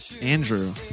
Andrew